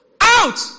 Out